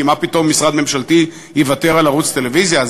כי מה פתאום משרד ממשלתי יוותר על ערוץ טלוויזיה?